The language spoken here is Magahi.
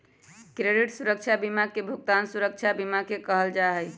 क्रेडित सुरक्षा बीमा के भुगतान सुरक्षा बीमा भी कहल जा हई